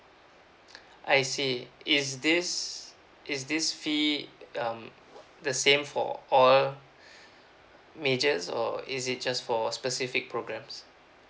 I see is this is this fee um the same for all majors or is it just for a specific programs